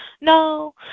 no